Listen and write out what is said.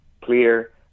clear